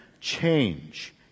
change